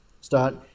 start